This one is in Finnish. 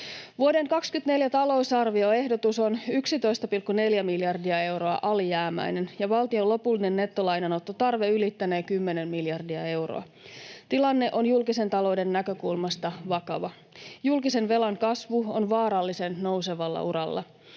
Vuoden 2024 talousarvioehdotus on 11,4 miljardia euroa alijäämäinen, ja valtion lopullinen nettolainanottotarve ylittänee 10 miljardia euroa. Tilanne on julkisen talouden näkökulmasta vakava. Julkisen velan kasvu on vaarallisen nousevalla uralla.